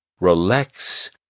relax